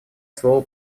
слово